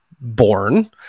born